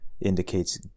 indicates